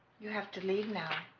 you have to leave now